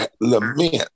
lament